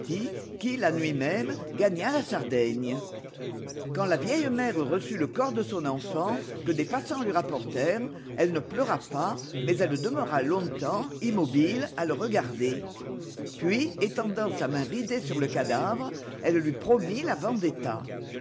qui la nuit même gagna la sardaigne quand la vieille mère reçut le corps de son enfant que des passants lui rapportèrent elle ne pleura pas mais elle demeura longtemps immobile à le regarder puis étendant sa main ridée sur le cadavre elle lui promit la